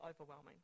overwhelming